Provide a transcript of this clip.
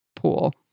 pool